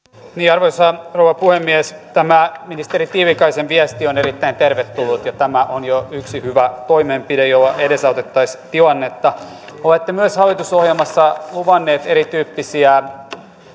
arvoisa rouva puhemies tämä ministeri tiilikaisen viesti on erittäin tervetullut ja tämä on jo yksi hyvä toimenpide jolla edesautettaisiin tilannetta olette myös hallitusohjelmassa luvannut erityyppisiä